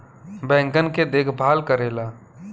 बैंकन के देखभाल करेला